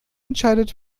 entscheidet